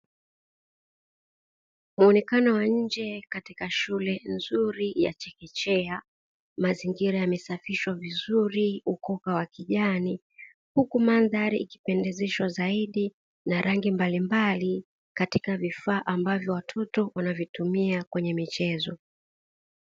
Muonekano wa nje katika shule nzuri ya chekechea, mazingira yamesafishwa vizuri, ukoka wa kijani, huku mandhari ikipendezeshwa zaidi na rangi mbalimbali, katika vifaa ambavyo watoto wanavitumia kwenye michezo.